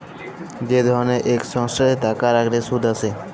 যে ধরলের ইক সংস্থাতে টাকা রাইখলে সুদ আসে